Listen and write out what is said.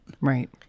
Right